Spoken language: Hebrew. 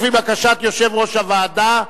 לפי בקשת יושב-ראש הוועדה,